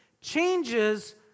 changes